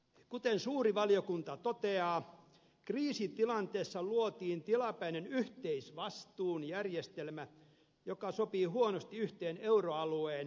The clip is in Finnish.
kuten suuri valiokunta toteaa kriisitilanteessa luotiin tilapäinen yhteisvastuun järjestelmä joka sopii huonosti yhteen euroalueen säännöspohjaan